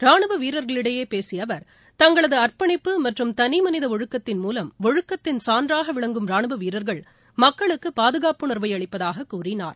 ராணுவ வீரர்களிடையே பேசிய அவர் தங்களது அர்ப்பணிப்பு மற்றும் தனி மனித ஒழுக்கத்தின் மூலம் ஒழுக்கத்தின் சான்றாக விளங்கும் ராணுவ வீரர்களும் மக்களுக்கு பாதுகாப்பு உணர்வை அளிப்பதாக கூறினார்